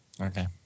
Okay